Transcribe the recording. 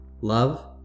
Love